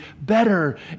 better